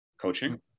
coaching